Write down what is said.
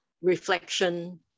reflection